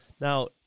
now